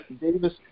Davis